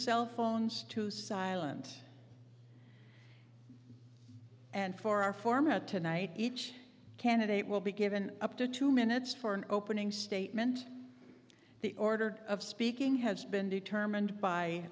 cell phones to silent and far form a tonight each candidate will be given up to two minutes for an opening statement the order of speaking has been determined b